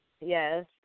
Yes